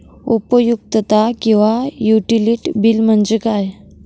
उपयुक्तता किंवा utility bill म्हणजे काय?